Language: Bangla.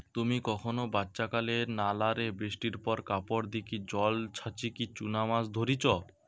তুমি কখনো বাচ্চাকালে নালা রে বৃষ্টির পর কাপড় দিকি জল ছাচিকি চুনা মাছ ধরিচ?